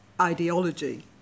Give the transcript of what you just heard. ideology